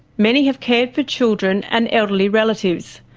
many have cared for children and elderly relatives,